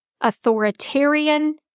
authoritarian